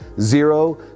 Zero